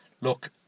Look